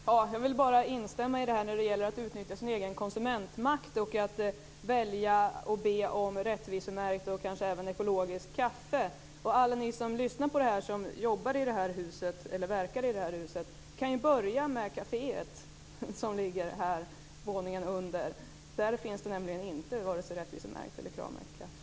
Fru talman! Jag vill bara instämma i uppmaningen att utöva den egna konsumentmakten till att be om rättvisemärkt och kanske även ekologiskt kaffe. Alla ni som verkar i det här huset och lyssnar på detta kan ju börja med det kafé som ligger våningen under oss. Där finns nämligen varken rättvisemärkt eller Kravmärkt kaffe.